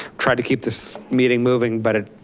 tried to keep this meeting moving, but it's